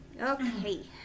Okay